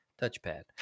touchpad